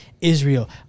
Israel